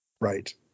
Right